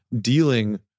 dealing